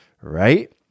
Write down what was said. right